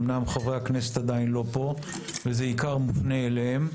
אומנם חברי הכנסת עדיין לא פה וזה בעיקר מופנה אליהם,